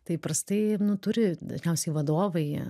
tai įprastai nu turi dažniausiai vadovai